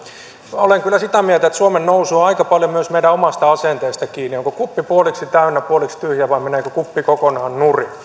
minä olen kyllä sitä mieltä että suomen nousu on aika paljon myös meidän omasta asenteestamme kiinni onko kuppi puoliksi täynnä puoliksi tyhjä vai meneekö kuppi kokonaan nurin